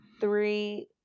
Three